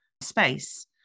space